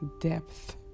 depth